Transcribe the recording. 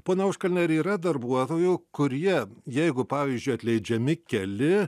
pone auškalni ar yra darbuotojų kurie jeigu pavyzdžiui atleidžiami keli